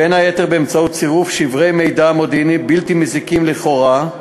בין היתר באמצעות צירוף שברי מידע מודיעיני בלתי מזיקים לכאורה,